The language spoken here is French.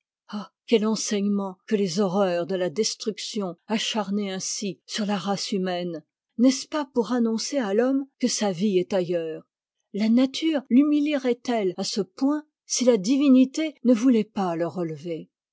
ah quel enseignement que les horreurs de la destruction acharnée ainsi sur la race humaine n'est-ce pas pour annoncer à l'homme que sa vie est ailleurs la nature thumiiierait ette à ce point si la divinité ne voulait pas le relever